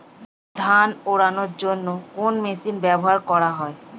ধান উড়ানোর জন্য কোন মেশিন ব্যবহার করা হয়?